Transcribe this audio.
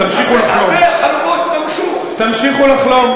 תמשיכו לחלום.